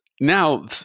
Now